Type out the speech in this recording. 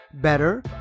better